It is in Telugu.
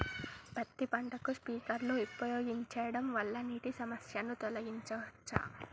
పత్తి పంటకు స్ప్రింక్లర్లు ఉపయోగించడం వల్ల నీటి సమస్యను తొలగించవచ్చా?